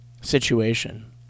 situation